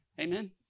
amen